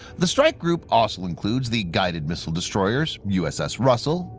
the strike group also includes the guided-missile destroyers uss russell,